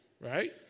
right